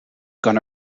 going